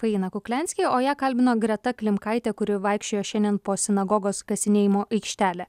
faina kukliansky o ją kalbino greta klimkaitė kuri vaikščiojo šiandien po sinagogos kasinėjimo aikštelę